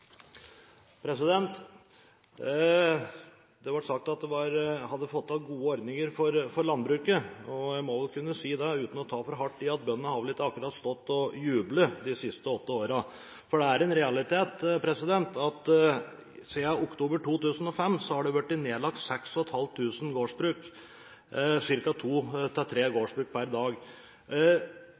Det ble sagt at en hadde fått til gode ordninger for landbruket. Jeg må vel kunne si – uten å ta for hardt i – at bøndene vel ikke akkurat har stått og jublet de siste åtte årene. For det er en realitet at det siden oktober 2005 har blitt nedlagt 6 500 gårdsbruk – ca. to–tre gårdsbruk per dag.